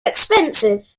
expensive